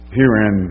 herein